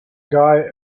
guy